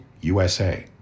USA